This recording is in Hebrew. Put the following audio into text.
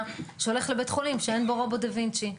שהולך לבית חולים שאין בו רובוט דה וינצ'י.